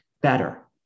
better